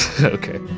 Okay